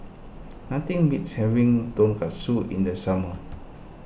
nothing beats having Tonkatsu in the summer